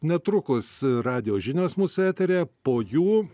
netrukus radijo žinios mūsų eteryje po jų